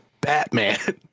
batman